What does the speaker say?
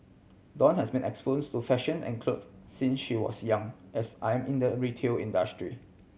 dawn has been to fashion and clothes since she was young as I'm in the retail industry